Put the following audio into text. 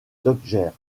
dodgers